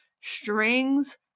strings